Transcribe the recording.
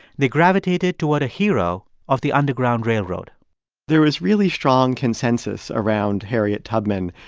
they gravitated toward a hero of the underground railroad there is really strong consensus around harriet tubman,